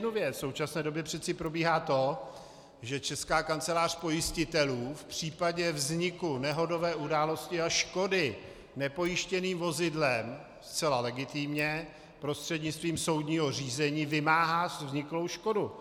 V současné době přece probíhá to, že Česká kancelář pojistitelů v případě vzniku nehodové události a škody nepojištěným vozidlem zcela legitimně prostřednictvím soudního řízení vymáhá vzniklou škodu.